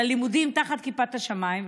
ללימודים תחת כיפת השמיים.